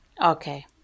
Okay